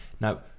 Now